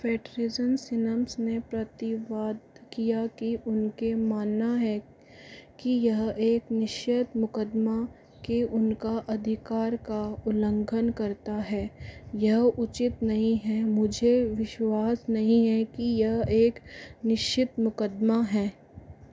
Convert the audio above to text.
फिटरीजन्ससिनमस में प्रतिवाद किया कि उनके मानना है कि यह एक निश्य मुक़दमा के उनका अधिकार का उल्लंघन करता है यह उचित नहीं है मुझे विश्वास नहीं है कि यह एक निश्चित मुक़दमा है